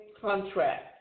contract